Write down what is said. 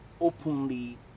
openly